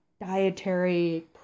dietary